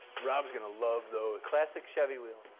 rob's gonna love those. classic chevy wheel.